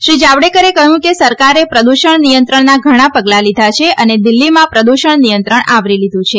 શ્રી જાવડેકરે કહ્યું કે સરકારે પ્રદૂષણ નિયંત્રણનાં ઘણા પગલાં લીધાં છે અને દિલ્હીમાં પ્રદૃષણ નિયંત્રણ આવરી લીધું છે